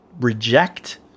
reject